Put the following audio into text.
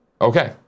Okay